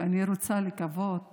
ואני רוצה לקוות